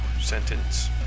sentence